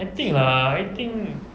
I think lah I think